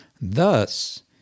Thus